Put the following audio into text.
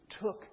took